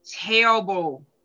terrible